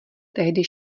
tehdy